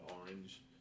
orange